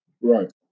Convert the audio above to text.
Right